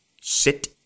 Sit